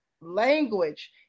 language